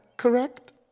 Correct